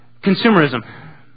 Consumerism